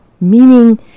meaning